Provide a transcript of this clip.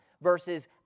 ...versus